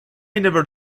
never